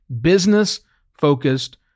Business-focused